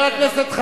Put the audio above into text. מה אתה עושה היום?